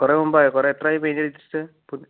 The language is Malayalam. കുറെ മുമ്പായൊ കുറെ എത്രായി പെയിൻറ്റടിച്ചിട്ട് പു